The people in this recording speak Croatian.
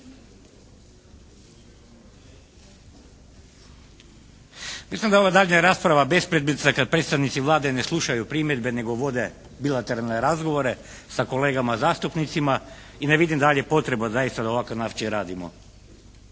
da li je ova daljnja rasprava bespredmetna kad predstavnici Vlade ne slušaju primjedbe nego vode bilateralne razgovore sa kolegama zastupnicima i ne vidim da li je potreba zaista da na ovakav način radimo?